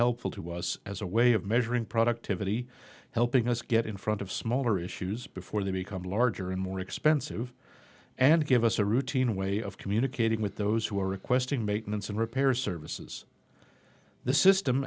helpful to us as a way of measuring productivity helping us get in front of smaller issues before they become larger and more expensive and give us a routine way of communicating with those who are requesting make mince and repair services the system